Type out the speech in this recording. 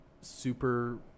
super